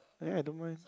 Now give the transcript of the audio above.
eh I don't mind